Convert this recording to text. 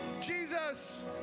Jesus